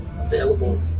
available